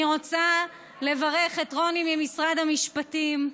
אני רוצה לברך את רוני ממשרד המשפטים.